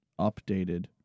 updated